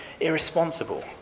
irresponsible